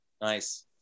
Nice